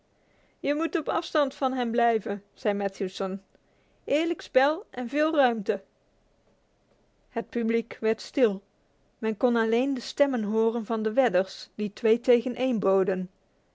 je moet op een afstand van hem blijven zei matthewson eerlijk spel en veel ruimte het publiek werd stil men kon alleen de stemmen horen van de wedders die twee tegen één boden